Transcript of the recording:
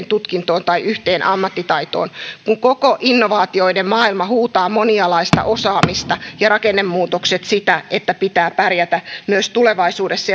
tutkintoon tai yhteen ammattitaitoon kun koko innovaatioiden maailma huutaa monialaista osaamista ja rakennemuutokset sitä että pitää pärjätä myös tulevaisuudessa